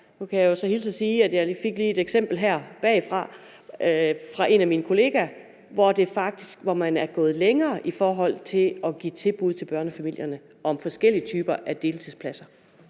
Nu kan jeg hilse at sige, at jeg lige fik et eksempel her bagfra fra en af mine kollegaer, hvor man faktisk er gået længere i forhold til at give tilbud til børnefamilierne om forskellige typer af deltidspladser.